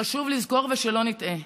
חשוב לזכור, ושלא נטעה: